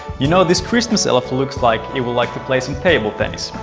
you know, this christmas elf looks like it would like to play some table tennis.